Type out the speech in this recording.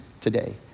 today